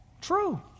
True